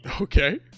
okay